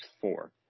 four